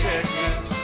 Texas